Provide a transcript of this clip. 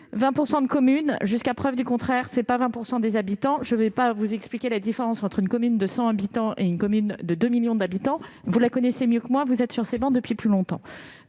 20 % des communes et, jusqu'à preuve du contraire, cela ne fait pas 20 % des habitants ! Je ne vais pas vous expliquer la différence entre une commune de 100 habitants et une commune de 2 millions d'habitants, vous la connaissez mieux que moi. Il ne s'agit évidemment pas de